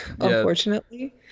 unfortunately